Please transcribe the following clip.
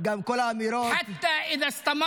גם כל האמירות -- (אומר בערבית: אפילו אם ימשיך